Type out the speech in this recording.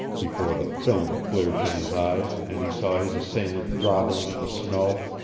before the film cleared from his eyes and he saw his assailant groveling in the snow.